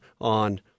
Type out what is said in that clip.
on